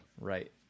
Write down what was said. Right